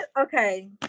Okay